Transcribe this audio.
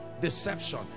Deception